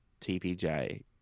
TPJ